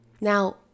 now